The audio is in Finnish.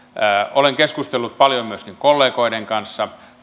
olen keskustellut paljon myöskin kollegoiden kanssa